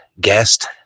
guest